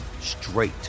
straight